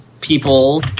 people